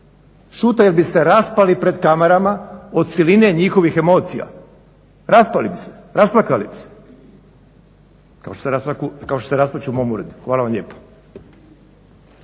Šute jer bi se raspali pred kamerama od siline njihovih emocija, raspali bi se, rasplakali bi se kao što se rasplaču u mom uredu. Hvala vam lijepa.